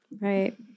Right